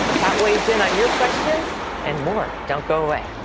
pat weighs in on your questions and more. don't go away.